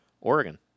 Oregon